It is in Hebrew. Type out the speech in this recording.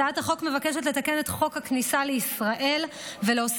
הצעת החוק מבקשת לתקן את חוק הכניסה לישראל ולהוסיף